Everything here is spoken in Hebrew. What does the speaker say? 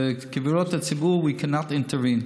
"Kvilot Hatzibur" we cannot intervene.